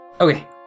Okay